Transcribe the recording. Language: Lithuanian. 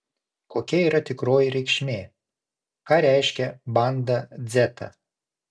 kokia yra tikroji reikšmė ką reiškia banda dzeta